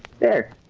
the